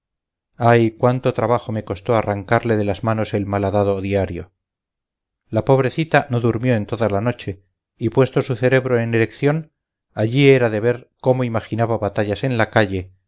ay cuánto trabajo me costó arrancarle de las manos el malhadado diario la pobrecita no durmió en toda la noche y puesto su cerebro en erección allí era de ver cómo imaginaba batallas en la calle